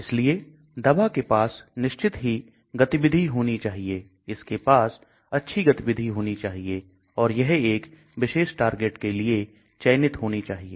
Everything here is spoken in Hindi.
इसलिए दवा के पास निश्चित ही गतिविधि होनी चाहिए इसके पास अच्छी गतिविधि होनी चाहिए और यह एक विशेष टारगेट के लिए चयनित होना चाहिए